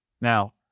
Now